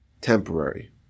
temporary